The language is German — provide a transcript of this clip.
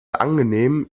angenehm